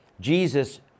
Jesus